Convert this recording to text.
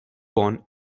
born